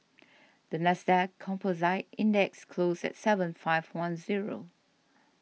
the NASDAQ Composite Index closed at seven five one zero